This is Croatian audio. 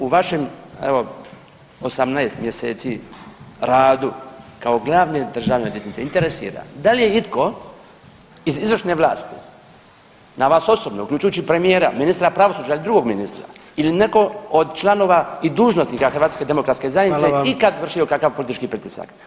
U vašem evo 18 mjeseci radu kao glavne državne odvjetnice, interesira, da li je itko iz izvršne vlasti, na vas osobno, uključujući premijera, ministra pravosuđa ili drugog ministra, ili netko od članova i dužnosnika HDZ-a ikad vršio kakav politički pritisak.